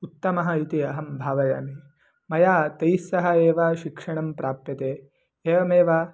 उत्तमः इति अहं भावयामि मया तैः सह एव शिक्षणं प्राप्यते एवमेव